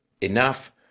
enough